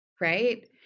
right